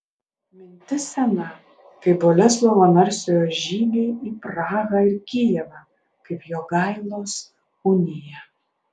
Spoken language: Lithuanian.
mintis sena kaip boleslovo narsiojo žygiai į prahą ir kijevą kaip jogailos unija